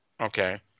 okay